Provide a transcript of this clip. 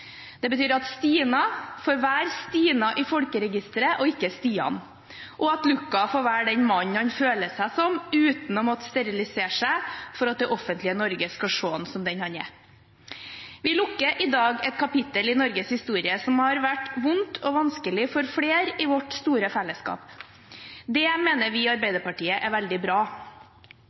Det betyr at Stina får være Stina i folkeregisteret, og ikke Stian, og at Luca får være den mannen han føler seg som, uten å måtte sterilisere seg for at det offentlige Norge skal se ham som den han er. Vi lukker i dag et kapittel i Norges historie som har vært vondt og vanskelig for flere i vårt store fellesskap. Det mener vi i Arbeiderpartiet er veldig bra.